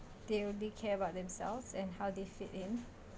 they only care about themselves and how they fit in